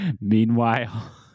Meanwhile